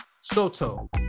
Soto